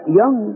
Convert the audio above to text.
young